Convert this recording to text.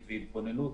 מתכלל.